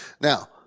Now